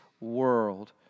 world